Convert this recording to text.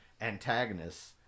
antagonists